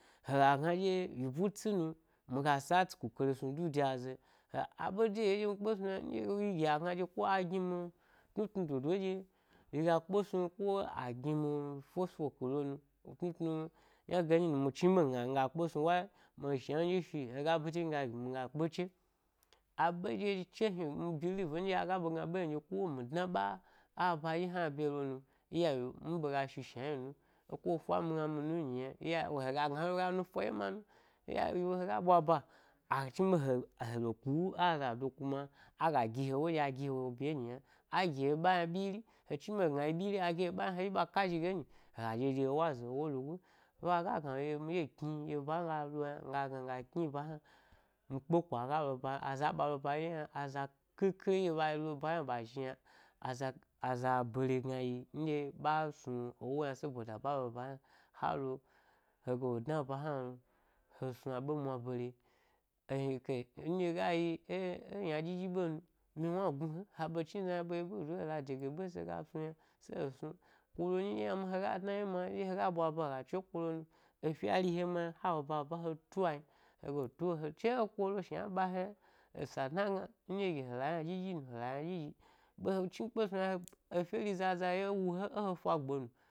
Hega gna dye yi bu tsi nu miga satsi, ku kari snu du de azayi a abe de yi’o ndye mi kpe snu yna nɗye ɗye agna ɗye ko a gi mi tnu tnu dodo nɗye miga kpe snu ko a giri force work lo mi tnu tnu ynage nyi nu mi chiɓe migna miga kpe snu wa mi shna mi ɗye shi hega bidinga gimi miga kpe che. A ɓe ɗye zhi, che hni mi believe ndye aga ɓegna ɓe hni ɗye ko mi dna ɓa a eba ɗye hna bye lo nu, iya wo yiwu mi shi shna yni num ko efa migna mi mi’ nyi yna iya, hega gna hega nufa ɗya ma nu, in ya yiwu hega ɓwa’ ba aga chni gna he he lo ku-a zado kuma aga gi ewo nɗye a gi he wo bye enyi ynam, a gi e yna byiri, he chni be hegna ɗye ɓyiri a gi he ɓyiri he zhi ba ka shi ge enyi hega ɗye ɗye ewo ze ewo lugoi, ko aga gna mi ɗye kni ɗye ba miga ho yna mi ga gna mi ga kni ba hna, mi kpeko aga lo ba aza ɓa lo ɗye yna, aza khikhi ɗye ɓa lo ba hna ɓa zhi yna, aza, aza bare gnayi nɗye bas nu ewo yna saboda ɓa lo ba hna ha lo, he ga lo dna ba hna lo he snu a ɓe mwa bare e-kai, ndye ga yi e-e ynaɗyi ɗyi ɓe nu, miwnu gnu he m ha ɓ chnigna aɓ yi ɓedo hega dege ɓe haga snu yna se ho snu ko wori ɗye hna ma hega bwa ba hega che. Kalo nu efye a rihema yna ha lo b aba m he to an hege lo tu’ o he che he kolo shna ɓa he yna esa dna gna nɗye yi hela yna dyi dyi nu, he la ynadyi dyi, ɓehe chni kpe snu yna, efye ri zaza ye wu he e e he fag be nu, he bwa gala helo n.